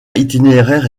itinéraire